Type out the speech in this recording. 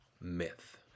myth